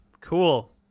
Cool